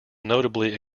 notably